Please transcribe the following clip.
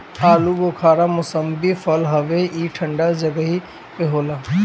आलूबुखारा मौसमी फल हवे ई ठंडा जगही पे होला